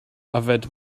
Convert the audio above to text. yfed